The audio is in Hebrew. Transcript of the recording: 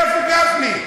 איפה גפני?